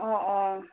অঁ অঁ